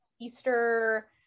Easter